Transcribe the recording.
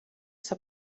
s’ha